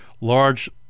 large